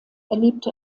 erlebte